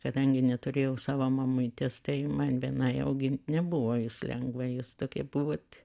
kadangi neturėjau savo mamytės tai man vienai augint nebuvo lengva jūs tokie buvot